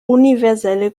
universelle